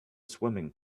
swimming